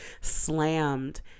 slammed